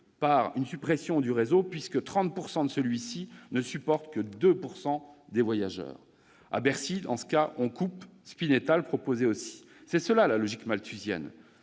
une suppression du réseau, 30 % de celui-ci ne supportant que 2 % des voyageurs. À Bercy, dans un tel cas, on coupe ; Spinetta le proposait aussi. C'est cela, la logique malthusienne.